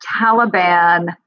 Taliban